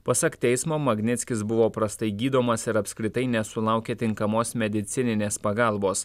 pasak teismo magnickis buvo prastai gydomas ir apskritai nesulaukė tinkamos medicininės pagalbos